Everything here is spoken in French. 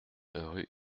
rue